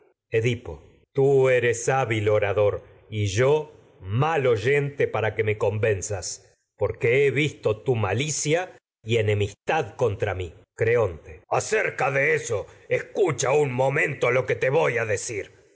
luego ella juzga hábil orador y yo edipo tri eres mal oyente para y ene que me convenzas mi porque he visto tu malicia mistad contra creonte acerca de eso escucha un momento lo que te voy a decir